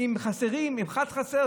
אם חסר אחד, חסרים